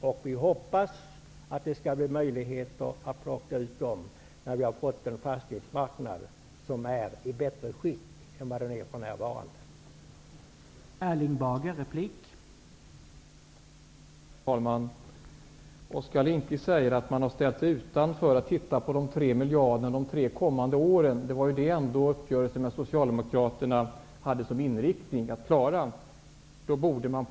Och vi hoppas att det skall bli möjligt att plocka ut dem när fastighetsmarknaden är i bättre skick än den för närvarande är.